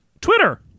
Twitter